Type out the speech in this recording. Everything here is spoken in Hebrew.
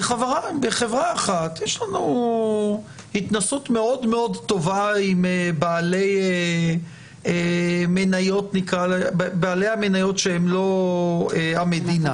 בחברה אחת יש לנו התנסות מאוד מאוד טובה עם בעלי המניות שהם לא המדינה.